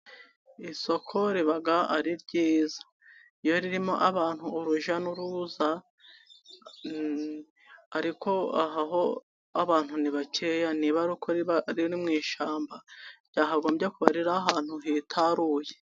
Isoko riba ari ryiza, iyo ririmo abantu urujya n'uruza ariko aha aho abantu ni bakeya niba aruko riri mu ishyamba, ryakagombye kuba riri ahantu hitaruye.